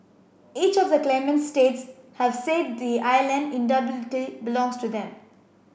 each of the claimant states have said the island belongs to them